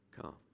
come